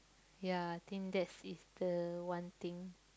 ya think that's is the one thing